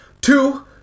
Two